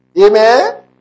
Amen